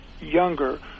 younger